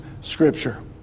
Scripture